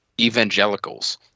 evangelicals